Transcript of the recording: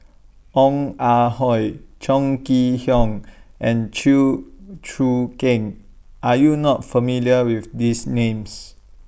Ong Ah Hoi Chong Kee Hiong and Chew Choo Keng Are YOU not familiar with These Names